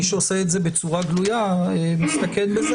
מי שעושה את זה בצורה גלויה מסתכן בזה